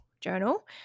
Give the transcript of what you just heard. journal